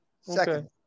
Second